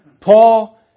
Paul